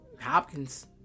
Hopkins